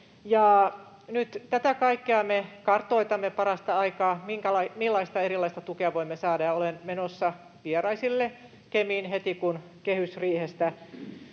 tätä kaikkea me kartoitamme parasta aikaa, sitä, millaista erilaista tukea voimme saada. Ja olen menossa vieraisille Kemiin heti, kun kehysriihestä